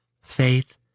faith